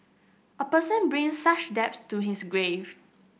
a person brings such debts to his grave